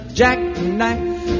jackknife